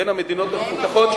בין המדינות המפותחות,